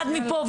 אחד מפה,